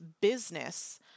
business